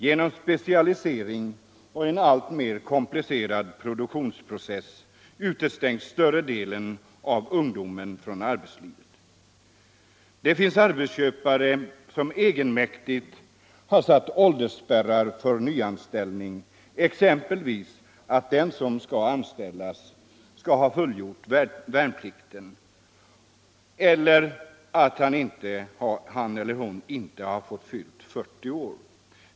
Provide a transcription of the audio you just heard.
Genom specialisering och en alltmer komplicerad produktionsprocess utestängs större delen av ungdomen från arbetslivet. Det finns arbetsköpare som egenmäktigt har satt åldersspärrar för nyanställning, exempelvis att den som skall anställas skall ha fullgjort värnplikten eller inte ha fyllt 40 år.